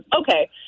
okay